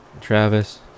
Travis